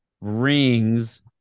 rings